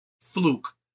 Fluke